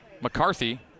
McCarthy